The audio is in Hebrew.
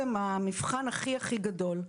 המבחן הכי-הכי גדול,